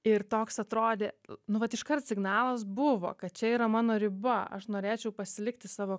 ir toks atrodė nu vat iškart signalas buvo kad čia yra mano riba aš norėčiau pasilikti savo